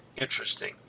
interesting